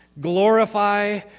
glorify